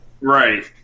Right